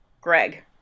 Greg